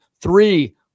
three